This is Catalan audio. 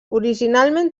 originalment